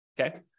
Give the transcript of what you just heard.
okay